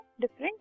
different